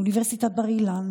מאוניברסיטת בר-אילן,